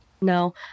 No